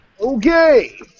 Okay